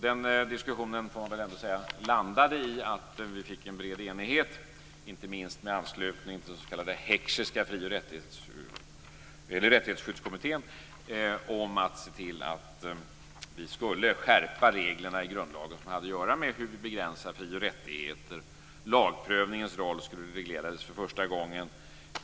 Den diskussionen, får man väl ändå säga, landade i att vi fick en bred enighet, inte minst i anslutning till Rättighetsskyddsutredningen, om att se till att det blev en skärpning av de regler i grundlagen som hade att göra med hur vi begränsar fri och rättigheter. Lagprövningens roll reglerades för första gången.